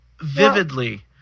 vividly